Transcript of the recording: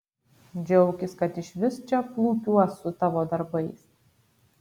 džiaukis kad išvis čia plūkiuos su tavo darbais